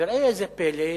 וראה זה פלא,